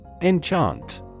Enchant